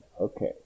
Okay